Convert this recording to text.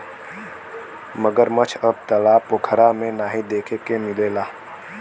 मगरमच्छ अब तालाब पोखरा में नाहीं देखे के मिलला